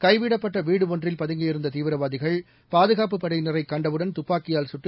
கைவிடப்பட்டவீடுஒன்றில் பதுங்கியிருந்ததீவிரவாதிகள் பாதுகாப்புப் படையினரைகண்டவுடன் துப்பாக்கியால் கட்டு